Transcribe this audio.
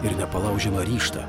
ir nepalaužiamą ryžtą